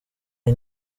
iyi